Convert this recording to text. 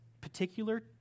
particular